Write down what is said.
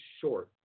short